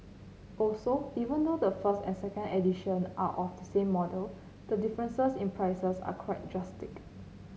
also even though the first and second edition are of the same model the difference in prices is quite drastic